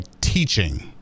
teaching